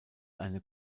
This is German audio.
eine